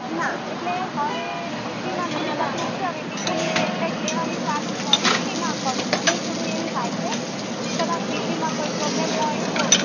ના એટલે હવે બી પીમાં થોડી તકલીફ છે હવે બી પીની ટેબ્લેટ લેવાની ચાલું કરું કે ના કરું મને થોડું એમ થાય છે કે કદાચ બી પીમાં કોઈ પ્રોબ્લમ હોય તો